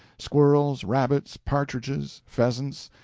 squirrels, rabbits, partridges, pheasants,